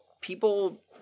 people